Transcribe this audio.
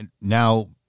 now